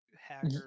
hacker